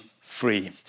free